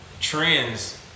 trends